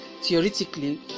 theoretically